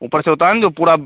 ऊपर से होता है ना जो पूरा